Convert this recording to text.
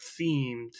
themed